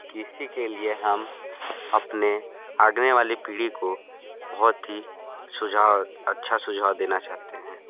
किसी के लिए हम अपने आगे वाली पीढ़ी को बहुत ही सुझाव अच्छा सुझाव देना चाहते हैं